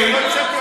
מה אתה רוצה ממני?